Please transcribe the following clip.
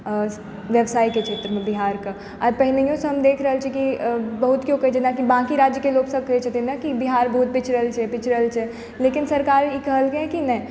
आओर व्यवसायके क्षेत्रमे बिहारके आओर पहिनहोँ सँ हम देखि रहल छी कि बहुत केओ जेना बाकी राज्यके लोक सब कहैत छथिन ने कि बिहार बहुत पिछड़ल छै पिछड़ल छै लेकिन सरकार ई कहलकै कि नहि